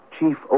Chief